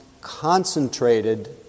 concentrated